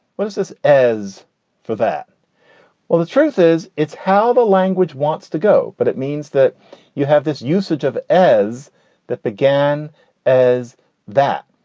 what is this? as for that well, the truth is it's how the language wants to go but it means that you have this usage of as that began as that.